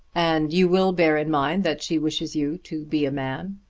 and you will bear in mind that she wishes you to be a man.